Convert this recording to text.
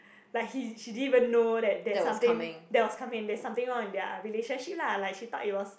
like he she didn't even know that there's something that was coming there's something wrong in their relationship lah like she thought it was